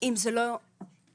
זה לא בחוק,